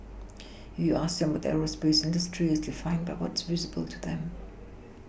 if you ask them about the aerospace industry it's defined by what is visible to them